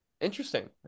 Interesting